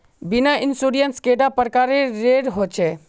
बीमा इंश्योरेंस कैडा प्रकारेर रेर होचे